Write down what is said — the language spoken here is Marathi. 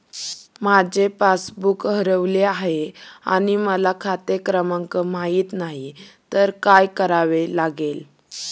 माझे पासबूक हरवले आहे आणि मला खाते क्रमांक माहित नाही तर काय करावे लागेल?